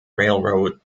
railroad